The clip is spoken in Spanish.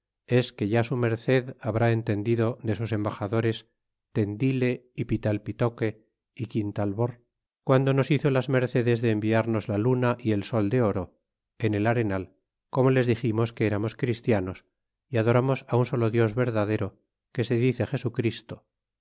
es que ya su merced habrá entendido de sus embaxadores tendile é pitalpitoque é quintalvor guando nos hizo las mercedes de enviarnos la luna y el sol de oro en el arenal como les diximos que eramos christianos ó adoramos á un solo dios verdadero que se dice jesu christo